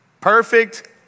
Perfect